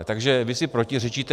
Takže vy si protiřečíte.